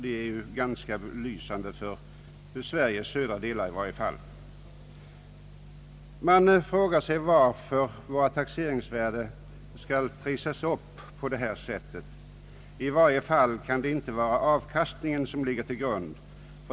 De är ganska belysande för i varje fall Sveriges södra delar. Varför skall taxeringsvärdena behöva trissas upp på detta sätt? Det kan i varje fall inte vara avkastningen som har legat till grund.